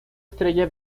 estrella